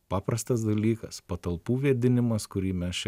paprastas dalykas patalpų vėdinimas kurį mes čia